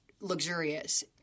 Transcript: luxurious